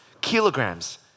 kilograms